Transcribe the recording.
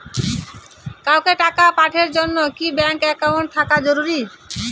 কাউকে টাকা পাঠের জন্যে কি ব্যাংক একাউন্ট থাকা জরুরি?